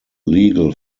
legal